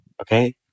Okay